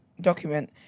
document